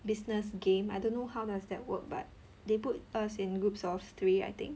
business game I don't know how does that work but they put us in groups of three I think